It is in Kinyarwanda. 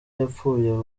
yapfuye